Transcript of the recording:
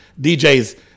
DJs